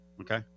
Okay